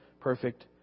perfect